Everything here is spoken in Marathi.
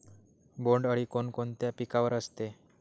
बोंडअळी कोणकोणत्या पिकावर असते?